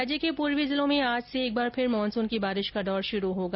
राज्य के पूर्वी जिलों में आज से एक बार फिर मानसून की बारिश का दौर शुरु होगा